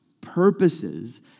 purposes